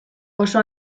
oso